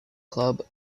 club